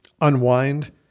unwind